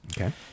Okay